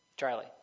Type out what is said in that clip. Charlie